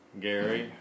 Gary